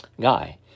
Guy